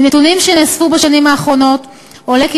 מנתונים שנאספו בשנים האחרונות עולה כי